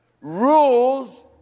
Rules